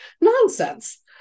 nonsense